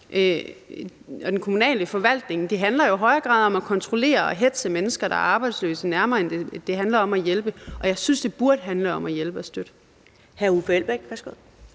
og den kommunale forvaltning, handler jo i højere grad om at kontrollere og hetze mennesker, der er arbejdsløse, nærmere end det handler om at hjælpe. Og jeg synes, det burde handle om at hjælpe og støtte. Kl. 15:23 Første